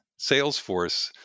Salesforce